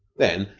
then,